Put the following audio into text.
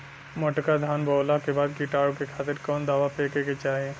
मोटका धान बोवला के बाद कीटाणु के खातिर कवन दावा फेके के चाही?